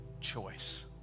choice